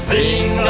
sing